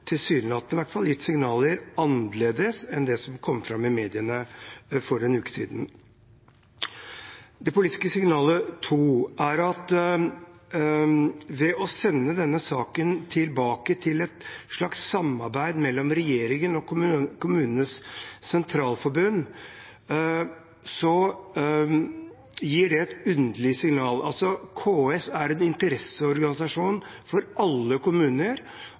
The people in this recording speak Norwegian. tilsynelatende iallfall, gitt andre signaler enn dem som kom fram i mediene for en uke siden. For det andre: Å sende denne saken tilbake, til et slags samarbeid mellom regjeringen og KS, gir et underlig signal. KS er en interesseorganisasjon for alle kommuner,